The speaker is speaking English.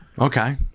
Okay